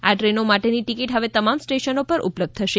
આ ટ્રેનો માટેની ટિકિટ હવે તમામ સ્ટેશનો પર ઉપલબ્ધ થશે